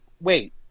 wait